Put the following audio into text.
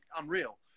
unreal